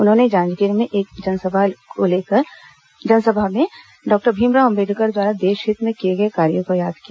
उन्होंने जांजगीर में एक जनसभा लेकर डॉक्टर भीमराव अम्बेडकर द्वारा देश हित में किए गए कार्यों को याद किया